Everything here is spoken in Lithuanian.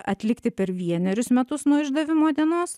atlikti per vienerius metus nuo išdavimo dienos